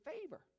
favor